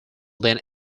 than